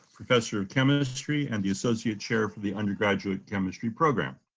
professor of chemistry and the associate chair for the undergraduate chemistry program.